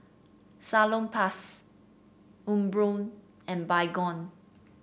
Salonpas Umbro and Baygon